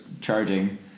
charging